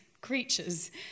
creatures